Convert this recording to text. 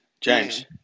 James